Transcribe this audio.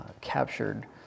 captured